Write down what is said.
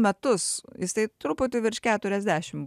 metus jisai truputį virš keturiasdešim